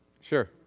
Sure